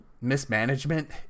mismanagement